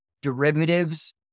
derivatives